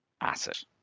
asset